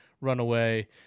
runaway